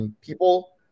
people